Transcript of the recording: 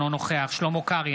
אינו נוכח שלמה קרעי,